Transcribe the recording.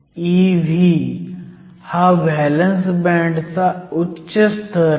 Ev हा valence बँडचा उच्च स्तर आहे